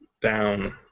down